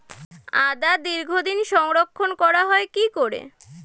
আদা দীর্ঘদিন সংরক্ষণ করা হয় কি করে?